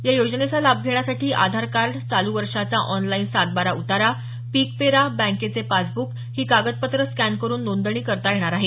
या योजनेचा लाभ घेण्यासाठी आधारकार्ड चालू वर्षाचा ऑनलाईन सातबारा उतारा पिकपेरा बँकेचे पासबुक ही कागदपत्रे स्कॅन करुन नोंदणी करता येणार आहे